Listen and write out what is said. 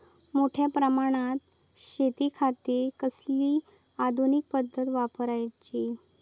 मोठ्या प्रमानात शेतिखाती कसली आधूनिक पद्धत वापराची?